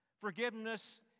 Forgiveness